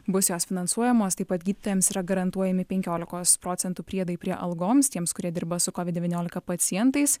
bus jos finansuojamos taip pat gydytojams yra garantuojami penkiolikos procentų priedai prie algoms tiems kurie dirba su covid devyniolika pacientais